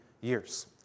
years